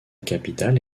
capitale